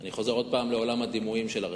אני חוזר עוד פעם לעולם הדימויים של הרכבים.